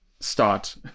Start